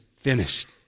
finished